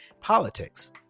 politics